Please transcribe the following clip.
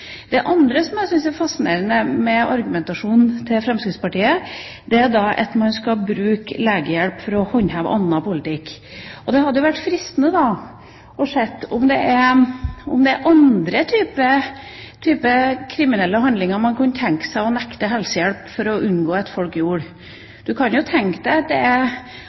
Det andre jeg synes er fascinerende med argumentasjonen til Fremskrittspartiet, er at man skal bruke legehjelp for å håndheve annen politikk. Det hadde vært fristende å spørre om man kunne tenke seg å nekte helsehjelp i forbindelse med andre typer kriminelle handlinger for å unngå at folk begikk dem. Det kan jo tenkes at det er andre kriminelle handlinger i et